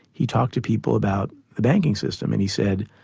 he talked to people about the banking system, and he said,